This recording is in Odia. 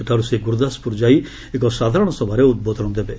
ସେଠାର୍ଚ ସେ ଗୁର୍ରଦାସପ୍ରର ଯାଇ ଏକ ସାଧାରଣ ସଭାରେ ଉଦ୍ବୋଧନ ଦେବେ